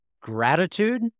gratitude